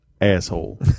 asshole